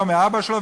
לא מאבא שלו,